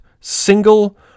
single